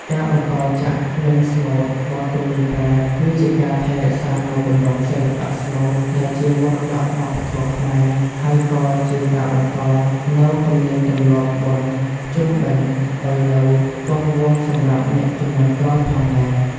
ការបន្តចាក់ និងស្មូតបទ ទំនួញប្រេត គឺជាការ ថែរក្សានូវទម្រង់សិល្បៈស្មូត ដែលជាមរតកវប្បធម៌ខ្មែរ ហើយក៏ជាការបន្តនូវទំនៀមទម្លាប់បុណ្យភ្ជុំបិណ្ឌឲ្យនៅគង់វង្សសម្រាប់អ្នកជំនាន់ក្រោយផងដែរ។